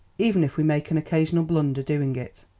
even if we make an occasional blunder doing it.